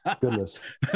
Goodness